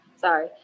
Sorry